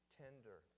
tender